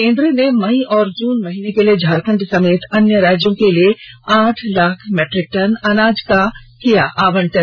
केन्द्र ने मई और जून महीने के लिए झारखण्ड समेत अन्य राज्यों के लिए आठ लाख मीट्रिक टन अनाज का किया आवंटन